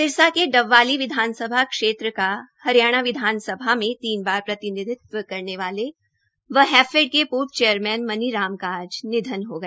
सिरसा के डबवाली विधानसभा क्षेत्र का हरियाणा में तीन बार प्रतिनिधित्व करने वाले व हैफेड के पूर्व चेययमैन मनी राम का आज निधन हो गया